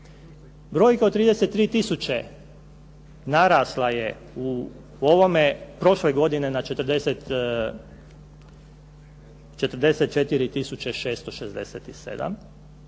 Brojka od 33 tisuće narasla je u ovome prošle godine na 44